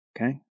Okay